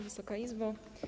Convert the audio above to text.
Wysoka Izbo!